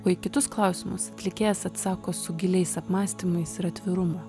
o į kitus klausimus atlikėjas atsako su giliais apmąstymais ir atvirumu